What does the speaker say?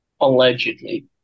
Allegedly